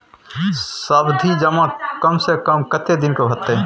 सावधि जमा कम से कम कत्ते दिन के हते?